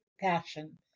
passion